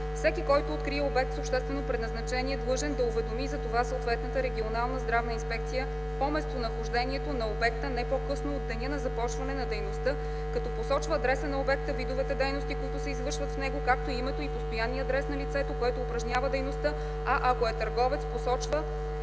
Всеки, който открие обект с обществено предназначение, е длъжен да уведоми за това съответната регионална здравна инспекция по местонахождението на обекта не по-късно от деня на започване на дейността, като посочва адреса на обекта, видовете дейности, които се извършват в него, както и името и постоянния адрес на лицето, което упражнява дейността, а ако е търговец – посочва